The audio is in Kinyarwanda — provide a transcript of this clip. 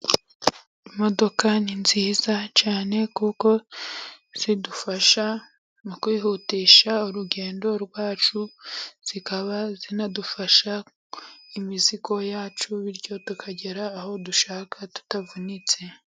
Imodoka ni nziza cyane kuko zidufasha mu kwihutisha urugendo rwacu, zikaba zinadufasha imizigo yacu bityo tukagera aho dushaka tutavunitse.